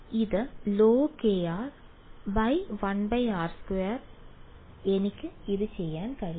അതിനാൽ ഇത് log1r2 എനിക്ക് അത് ചെയ്യാൻ കഴിയും